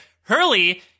Hurley